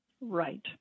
Right